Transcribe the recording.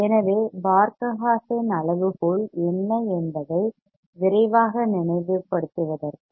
எனவே பார்க ha சென் அளவுகோல் என்ன என்பதை விரைவாக நினைவுபடுத்துவதற்கு